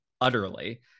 utterly